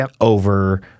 over